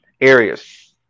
areas